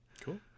cool